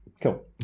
Cool